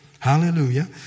Hallelujah